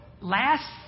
last